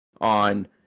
on